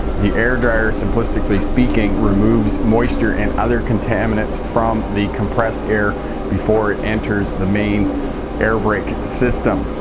the air dryer, simplistically speaking, removes moisture and other contaminants from the compressed air before it enters the main airbrake system.